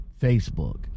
Facebook